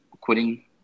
quitting